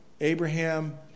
Abraham